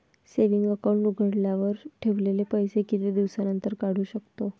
Saving account उघडल्यावर ठेवलेले पैसे किती दिवसानंतर काढू शकतो?